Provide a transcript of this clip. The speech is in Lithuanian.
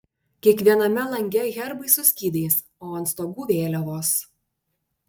kiekviename lange herbai su skydais o ant stogų vėliavos